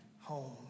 home